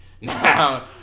Now